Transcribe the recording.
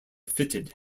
fitted